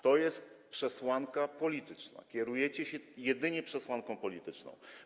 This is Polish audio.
To jest przesłanka polityczna, kierujecie się jedynie przesłanką polityczną.